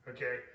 Okay